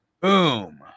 Boom